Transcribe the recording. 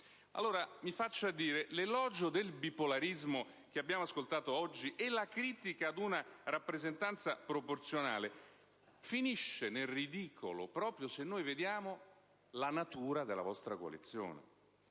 allora, mi sia consentito dire che l'elogio del bipolarismo che abbiamo ascoltato oggi e la critica ad una rappresentanza proporzionale finiscono nel ridicolo se osserviamo la natura della vostra coalizione.